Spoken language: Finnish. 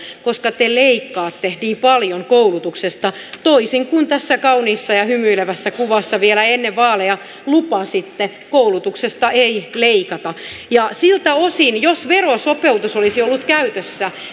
koska te leikkaatte niin paljon koulutuksesta toisin kuin tässä kauniissa ja hymyilevässä kuvassa vielä ennen vaaleja lupasitte koulutuksesta ei leikata siltä osin jos verosopeutus olisi ollut käytössä